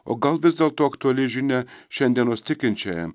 o gal vis dėlto aktuali žinia šiandienos tikinčiajam